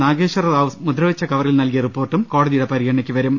നാഗേശ്വര റാവു മുദ്രവെച്ച കവറിൽ നൽകിയ റിപ്പോർട്ടും കോടതിയുടെ പരിഗണനയ്ക്ക് വരും